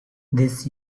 this